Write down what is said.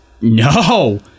No